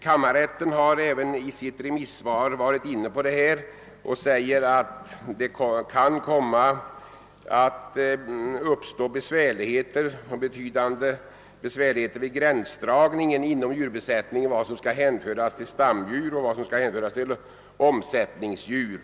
Kammarrätten har även i sitt remisssvar varit inne på detta och säger att det kan komma att uppstå betydande besvärligheter vid gränsdragningen inom djurbesättningen i fråga om vad som skall hänföras till stamdjur och vad som skall hänföras till omsättningsdjur.